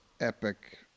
epic